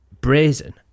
brazen